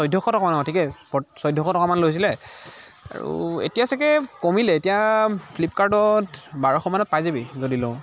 চৈধ্যশ টকামান ঠিকেই চৈধ্যশ টকামান লৈছিলে আৰু এতিয়া ছাগৈ কমিলে এতিয়া ফ্লিপকাৰ্ডত বাৰশ মানত পাই যাবি যদি লও